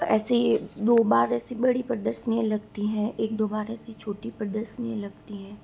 ऐसी दो बार ऐसी बड़ी प्रदर्शनियाँ लगती हैं एक दो बार ऐसे छोटी प्रदर्शनियाँ लगती हैं